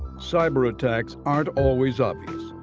cyber attacks aren't always obvious.